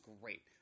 great